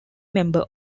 member